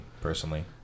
personally